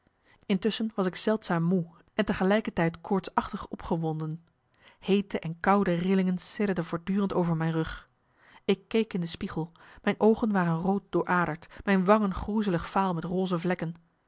intusschen was ik zeldzaam moe en tegelijkertijd koortsachtig opgewonden heete en koude rillingen sidderden voortdurend over mijn rug ik keek in de spiegel mijn oogen waren rood dooraderd mijn wangen groezelig vaal met roze vlekken